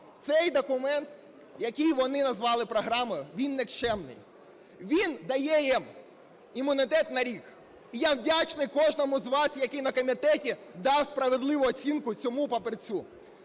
Цей документ, який вони назвали програмою, він нікчемний, він дає їм імунітет на рік. І я вдячний кожному з вас, який на комітеті дав справедливу оцінку цьому папірцю.